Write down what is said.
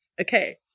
okay